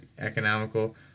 economical